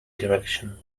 direction